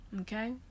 Okay